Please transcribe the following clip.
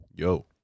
yo